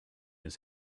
his